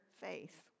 faith